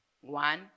one